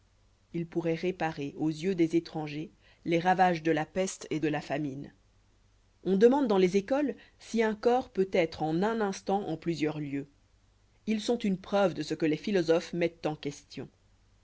ils pourroient réparer aux yeux des étrangers les ravages de la peste ou de la famine on demande dans les écoles si un corps peut être en un instant en plusieurs lieux ils sont une preuve de ce que les philosophes mettent en question